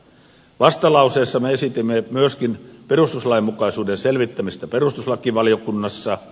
vastalauseessa me esitimme myöskin perustuslainmukaisuuden selvittämistä perustuslakivaliokunnassa